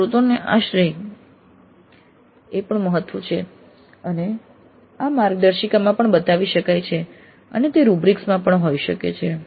સ્ત્રોતોને યોગ્ય શ્રેય આપવું એ પણ મહત્વનું છે અને આ માર્ગદર્શિકામાં પણ બતાવી શકાય છે અને તે રૂબ્રિક્સ માં પણ હોઈ શકે છે